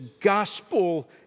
gospel